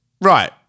Right